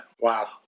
Wow